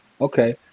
okay